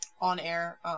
on-air